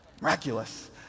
Miraculous